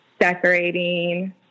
decorating